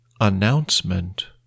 announcement